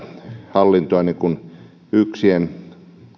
hallintoa niin kuin yksien